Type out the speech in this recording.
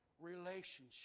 relationship